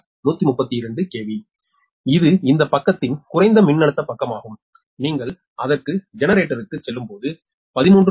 2 132 KV இது இந்த பக்கத்தின் குறைந்த மின்னழுத்த பக்கமாகும் நீங்கள் அதற்கு ஜெனரேட்டருக்குச் செல்லும்போது 13